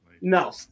No